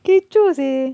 kecoh seh